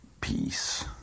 Peace